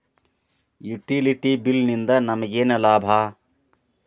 Utility bill ನಿಂದ್ ನಮಗೇನ ಲಾಭಾ?